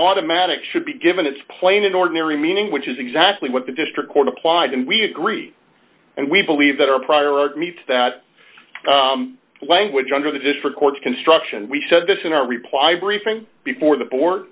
automatic should be given it's plain an ordinary meaning which is exactly what the district court applied and we agreed and we believe that our prior to that language under the district court construction we said this in our reply briefing before the